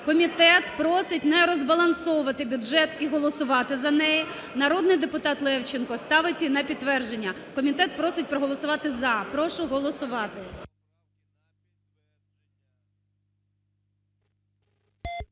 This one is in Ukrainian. Комітет просить не розбалансовувати бюджет і голосувати за неї. Народний депутат Левченко ставить її на підтвердження. Комітет просить проголосувати за. Прошу голосувати.